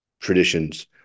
traditions